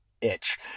itch